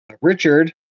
Richard